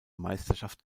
meisterschaft